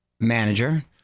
manager